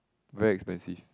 very expensive